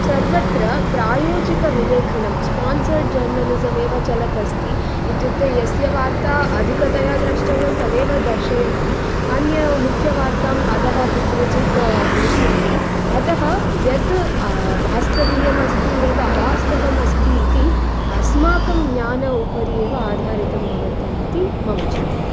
सर्वत्र प्रायोजिक विलेखनं स्पोन्सर्ड् जर्णलिसम् एव चलत् अस्ति इत्युक्ते यस्य वार्ता अधिकतया दृष्टव्यं तदेव दर्शयन्ति अन्य मुख्यवार्ताम् अधः कुत्रचित् लिखन्ति अतः यद् वास्तविकम् अस्ति यत् अवास्तवम् अस्ति इति अस्माकं ज्ञानोपरि एव आधारितं भवति इति मम चिन्तनम्